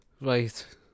right